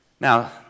Now